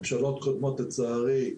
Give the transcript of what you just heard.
ממשלות קודמות, לצערי,